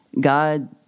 God